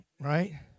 right